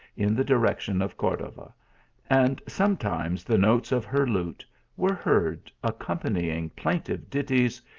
in the direction of cordova and some times the notes of her lute were heard accompanying plaintive ditties,